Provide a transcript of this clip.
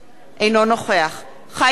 אינו נוכח חיים כץ,